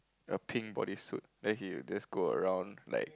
the pink body suit then he'll just go around like